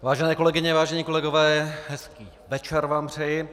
Vážené kolegyně, vážení kolegové, hezký večer vám přeji.